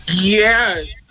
Yes